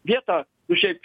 vietą ir šiaip